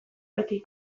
beti